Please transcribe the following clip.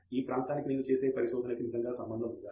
ఈ ప్రాంతానికి నేను చేసే పరిశోధనకి నిజంగా సంబంధం ఉందా